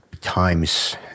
times